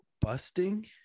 busting